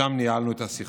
ושם ניהלנו את השיחה.